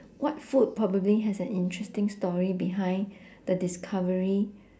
what food probably has an interesting story behind the discovery